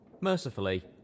Mercifully